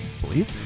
believe